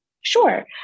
sure